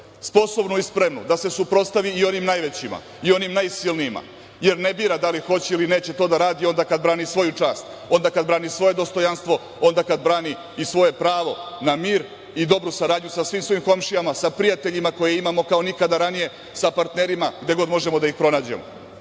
sposobnu i spremnu da se suprotstavi i onim najvećima i onim najsilnijima, jer ne bira da li hoće ili neće to da radi onda kad brani svoju čast, onda kad brani svoje dostojanstvo, onda kad brani i svoje pravo na mir i dobru saradnju sa svim svojim komšijama, sa prijateljima, koje imamo kao nikada ranije, sa partnerima gde god možemo da ih pronađemo.